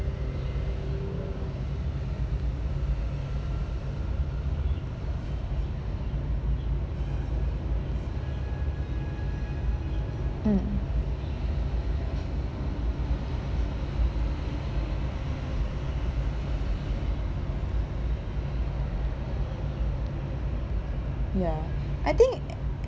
mm ya I think